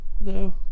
No